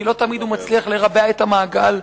כי לא תמיד הוא מצליח לרבע את המעגל.